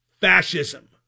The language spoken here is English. Fascism